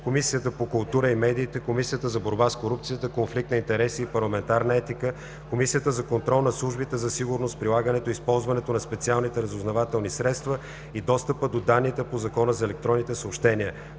Комисията по културата и медиите, Комисията за борба с корупцията, конфликт на интереси и парламентарна етика, Комисията за контрол над службите за сигурност, прилагането и използването на специалните разузнавателни средства и достъпа до данните по Закона за електронните съобщения,